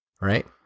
right